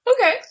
Okay